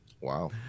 Wow